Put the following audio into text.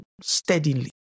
steadily